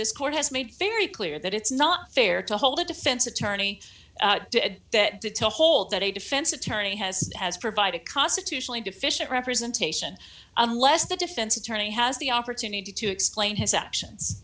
this court has made very clear that it's not fair to hold a defense attorney to that to to hold that a defense attorney has has provided constitutionally deficient representation unless the defense attorney has the opportunity to explain his actions